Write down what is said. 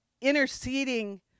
interceding